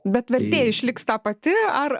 bet vertė išliks ta pati ar